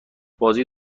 بازی